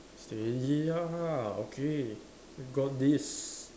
steady ah okay we got this